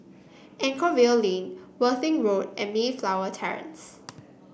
Anchorvale Lane Worthing Road and Mayflower Terrace